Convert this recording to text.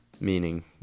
meaning